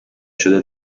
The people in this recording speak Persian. شده